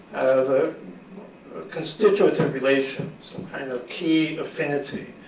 have a constituitive relation, some kind of key affinity,